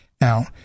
Now